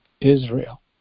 Israel